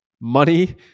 money